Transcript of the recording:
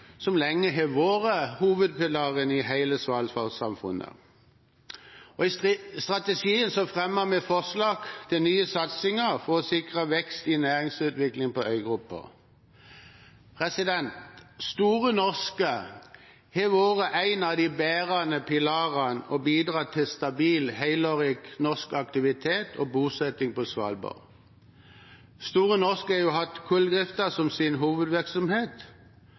som lenge har vært hovedpilaren i hele Svalbard-samfunnet. I strategien fremmet vi forslag til nye satsinger for å sikre vekst i næringsutviklingen på øygruppen. Store Norske har vært en av de bærende pilarene og bidratt til stabil helårig norsk aktivitet og bosetting på Svalbard. Store Norske har hatt kulldriften som sin hovedvirksomhet.